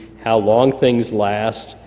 how long things last,